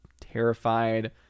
terrified